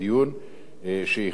שהכינו לי את החוק.